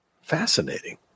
Fascinating